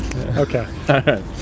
Okay